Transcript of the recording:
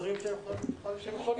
בשעה